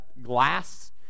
glass